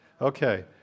Okay